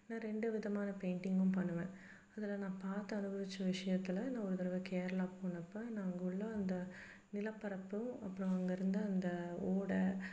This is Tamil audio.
நான் ரெண்டு விதமான பெயிண்டிங்கும் பண்ணுவேன் அதில் நான் பார்த்து அனுபவித்த விஷயத்துல நான் ஒரு தடவை கேரளா போனப்போ நான் அங்கே உள்ள அந்த நிலப்பரப்பும் அப்புறம் அங்கே இருந்த அந்த ஓடை